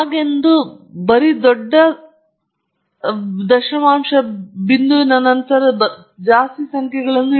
ಹಾಗಾಗಿ ಟೇಬಲ್ ಅನ್ನು ಬಳಸಿಕೊಂಡು ಕೆಲವು ಮಾಹಿತಿಯನ್ನು ತೋರಿಸಲು ನೀವು ಆಯ್ಕೆ ಮಾಡಿದರೆ ನೀವು ನಿರ್ದಿಷ್ಟವಾದ ಡೇಟಾವನ್ನು ಹೊಂದಿರಬಹುದು ಅದರಲ್ಲಿ ಟೇಬಲ್ ಅರ್ಥವಾಗಬಹುದು ಆದರೆ ನೀವು ಗಮನ ಹರಿಸಬೇಕಾದ ವಿಷಯಗಳಿವೆ